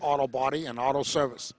auto body and auto service